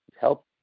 help